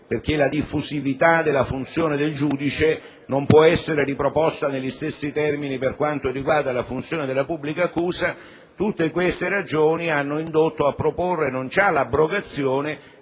perché la diffusività della funzione del giudice non può essere riproposta negli stessi termini per quanto riguarda la funzione della pubblica accusa. Tutte queste ragioni hanno indotto a proporre, non già l'abrogazione,